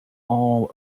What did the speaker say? all